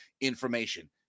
information